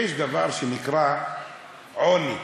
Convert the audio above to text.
יש דבר שנקרא עוני.